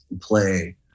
play